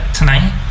tonight